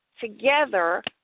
together